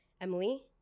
Emily